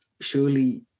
surely